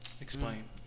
Explain